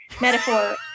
metaphor